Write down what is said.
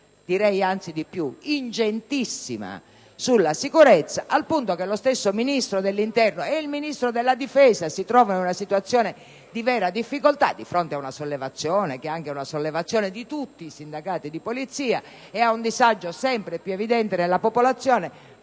‑ anzi direi ingentissima - sulla sicurezza, al punto che lo stesso Ministro dell'interno e il Ministro della difesa si trovano in una situazione di vera difficoltà, di fronte ad una sollevazione cui hanno dato voce anche tutti i sindacati di polizia e ad un disagio sempre più evidente della popolazione,